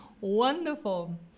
Wonderful